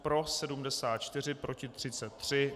Pro 74, proti 33.